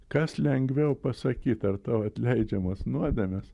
kas lengviau pasakyt ar tau atleidžiamos nuodėmės